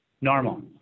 Normal